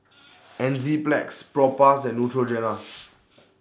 Enzyplex Propass and Neutrogena